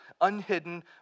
unhidden